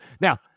Now